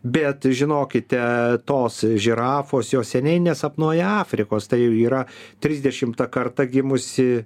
bet žinokite tos žirafos jos seniai nesapnuoja afrikos tai yra trisdešimta karta gimusi